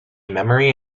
memory